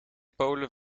polen